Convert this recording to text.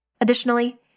Additionally